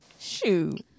shoot